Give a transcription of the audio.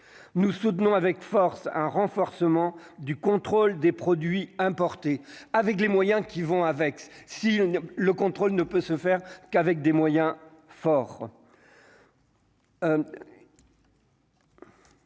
nous soutenons avec force un renforcement du contrôle des produits importés, avec les moyens qui vont avec, si le contrôle ne peut se faire qu'avec des moyens forts.